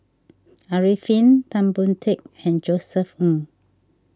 Arifin Tan Boon Teik and Josef Ng